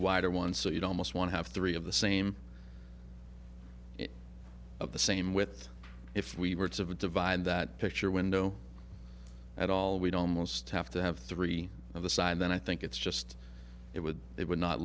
wider ones so you'd almost want to have three of the same of the same with if we were it's of a divide that picture window at all we'd almost have to have three of the side then i think it's just it would it would not